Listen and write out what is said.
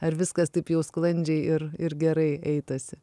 ar viskas taip jau sklandžiai ir ir gerai eitasi